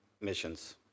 missions